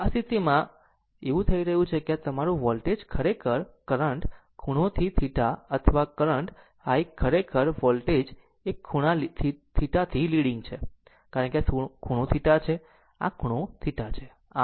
આ સ્થિતિમાં એવું શું થઈ રહ્યું છે કે તમારું વોલ્ટેજ ખરેખર કરંટ ખૂણોથી θ અથવા આ કરંટ I આ ખરેખર આ વોલ્ટેજ એક ખૂણો θ થી લીડીગ છે કારણ કે આ ખૂણો θ છે આ ખૂણો θ છે